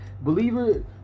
Believer